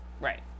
Right